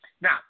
Now